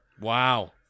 Wow